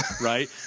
right